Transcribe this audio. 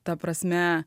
ta prasme